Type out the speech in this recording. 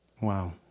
Wow